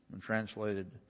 Translated